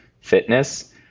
fitness